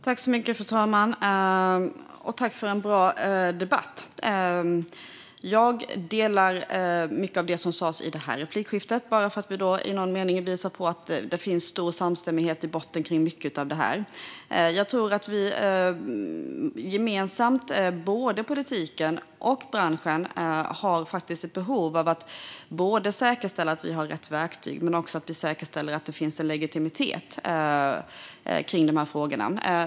Fru talman! Tack, Johan Hultberg, för en bra debatt! Jag håller med om mycket av det som sas i det senaste inlägget. Det finns i botten en stor samstämmighet om mycket av detta. Jag tror att vi gemensamt - både politiken och branschen - har ett behov av att säkerställa att vi har rätt verktyg men också att det finns en legitimitet för frågorna.